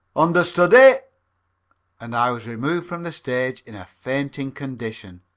understudy! and i was removed from the stage in a fainting condition.